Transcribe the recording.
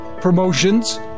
promotions